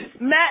Matt